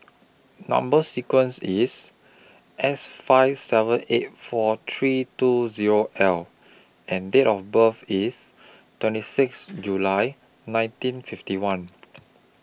Number sequence IS S five seven eight four three two Zero L and Date of birth IS twenty six July nineteen fifty one